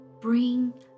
bring